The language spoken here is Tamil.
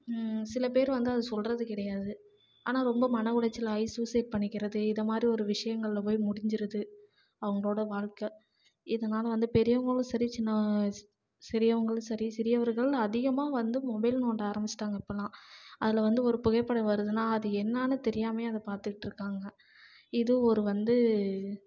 சில பேர் வந்து அது சொல்கிறது கிடையாது ஆனால் ரொம்ப மனஉளைச்சல் ஆகி சூசைட் பண்ணிக்கிறது இதைமாரி ஒரு விஷயங்கள்ல போய் முடிஞ்சிடுது அவங்களோட வாழ்க்கை இதனால் வந்து பெரியவங்களும் சரி சின்ன சிறியவங்களும் சரி சிறியவர்கள் அதிகமாக வந்து மொபைல் நோண்ட ஆரம்பிச்சிட்டாங்க இப்போல்லாம் அதில் வந்து ஒரு புகைப்படம் வருதுன்னால் அது என்னன்னு தெரியாமயே அதை பார்த்துட்ருக்காங்க இதுவும் ஒரு வந்து